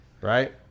Right